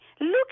Look